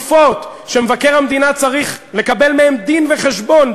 שקופות, שמבקר המדינה צריך לקבל עליהן דין-וחשבון,